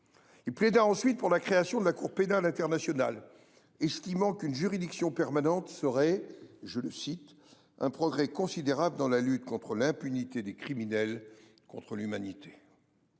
Il plaida ensuite pour la création de la Cour pénale internationale, estimant qu’une juridiction permanente serait « un progrès considérable dans la lutte contre l’impunité des criminels contre l’humanité ».